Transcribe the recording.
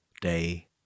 day